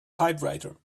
typewriter